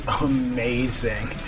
amazing